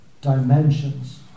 dimensions